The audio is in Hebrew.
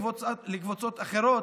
לקבוצות אחרות,